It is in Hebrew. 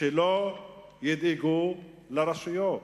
שלא ידאגו לרשויות,